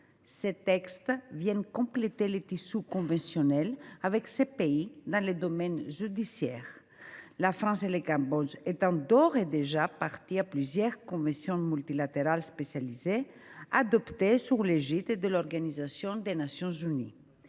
Ce texte vient compléter le tissu conventionnel avec ce pays dans le domaine judiciaire, la France et le Cambodge étant d’ores et déjà partie à plusieurs conventions multilatérales spécialisées, adoptées sous l’égide de l’Organisation des Nations unies